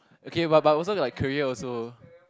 okay but but also like career also